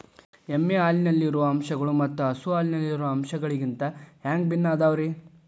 ಎಮ್ಮೆ ಹಾಲಿನಲ್ಲಿರೋ ಅಂಶಗಳು ಮತ್ತ ಹಸು ಹಾಲಿನಲ್ಲಿರೋ ಅಂಶಗಳಿಗಿಂತ ಹ್ಯಾಂಗ ಭಿನ್ನ ಅದಾವ್ರಿ?